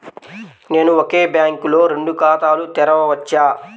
నేను ఒకే బ్యాంకులో రెండు ఖాతాలు తెరవవచ్చా?